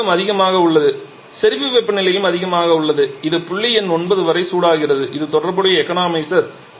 இங்கே அழுத்தம் அதிகமாக உள்ளது செறிவு வெப்பநிலையும் அதிகமாக உள்ளது இது புள்ளி எண் 9 வரை சூடாகிறது இது தொடர்புடைய எக்கானமைசர்